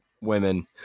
women